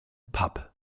pub